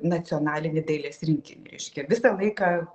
nacionalinį dailės rinkinį reiškia visą laiką